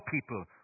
people